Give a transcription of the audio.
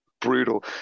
Brutal